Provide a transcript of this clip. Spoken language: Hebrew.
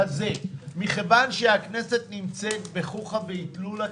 מחיר הקונטיינר עלה מ-5,000 דולר ל-12,000